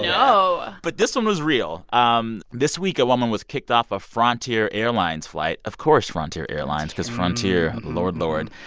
yeah oh oh but this one was real. um this week a woman was kicked off a frontier airlines flight of course frontier airlines because frontier lord, lord.